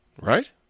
Right